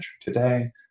today